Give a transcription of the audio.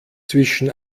zwischen